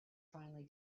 finally